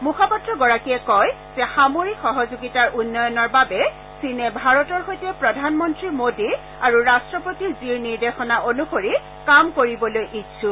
মুখপাত্ৰগৰাকীয়ে কয় যে সামৰিক সহযোগিতাৰ উন্নয়নৰ বাবে চীনে ভাৰতৰ সৈতে প্ৰধানমন্তী মোদী আৰু ৰাট্টপতি জিৰ নিৰ্দেশনা অনুসৰি কাম কৰিবলৈ ইছুক